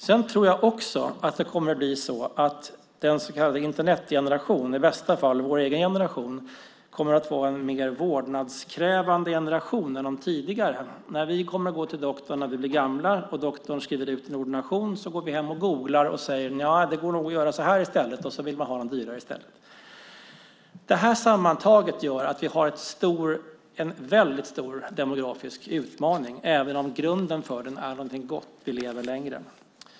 Sedan tror jag också att den så kallade Internetgenerationen, i bästa fall vår egen generation, kommer att vara en mer vårdnadskrävande generation än tidigare. När vi kommer att gå till doktorn när vi blir gamla och doktorn skriver ut en ordination kommer vi att gå hem och googla och säga: Nja, det går nog att göra så här i stället. Man vill ha något dyrare. Detta sammantaget gör att vi har en väldigt stor demografisk utmaning även om grunden för den är någonting gott, nämligen att vi lever längre.